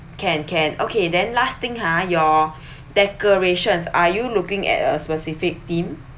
can can okay then last thing ha your decorations are you looking at a specific theme